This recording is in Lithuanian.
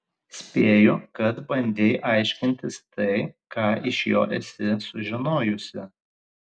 spėju kad bandei aiškintis tai ką iš jo esi sužinojusi